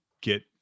get